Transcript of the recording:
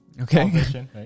Okay